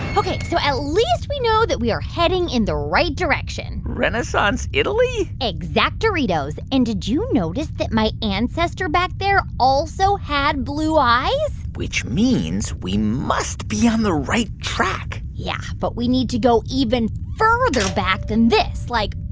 ok. so at least we know that we are heading in the right direction renaissance italy? exact-oritos. and did you notice that my ancestor back there also had blue eyes? which means we must be on the right track yeah. but we need to go even further back than this like,